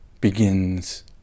begins